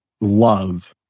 love